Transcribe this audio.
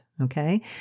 Okay